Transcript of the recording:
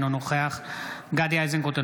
אינו נוכח גדי איזנקוט,